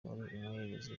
umuhererezi